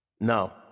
No